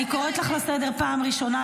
אני קוראת אותך לסדר פעם ראשונה,